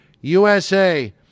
USA